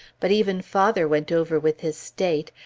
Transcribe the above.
but even father went over with his state,